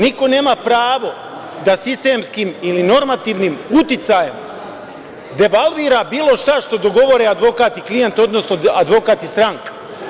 Niko nema pravo da sistemskim ili normativnim uticajem devalvira bilo šta što dogovore advokat i klijent odnosno advokat i stranka.